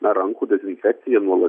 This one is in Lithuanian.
na rankų dezinfekcija nuolat